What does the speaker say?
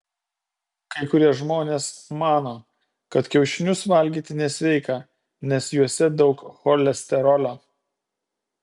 kai kurie žmonės mano kad kiaušinius valgyti nesveika nes juose daug cholesterolio